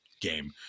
game